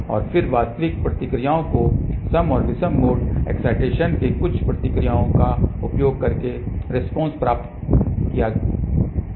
और फिर वास्तविक प्रतिक्रियाओं को सम और विषम मोड एक्साईटेशन के कुछ प्रतिक्रियाओं का उपयोग करके रेस्पॉन्स प्राप्त किया गया